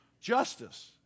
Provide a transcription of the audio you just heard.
justice